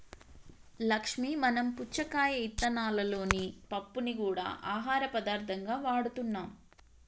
లక్ష్మీ మనం పుచ్చకాయ ఇత్తనాలలోని పప్పుని గూడా ఆహార పదార్థంగా వాడుతున్నాం